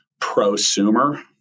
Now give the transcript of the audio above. prosumer